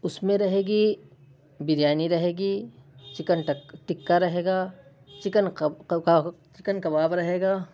اس میں رہے گی بریانی رہے گی چکن ٹکا رہے گا چکن چکن کباب رہے گا